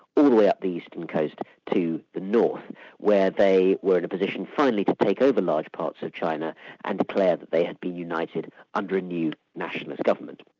the the way up the eastern coast to the north where they were in a position finally to take over large parts of china and declare that they had been united under a new nationalist government.